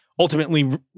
ultimately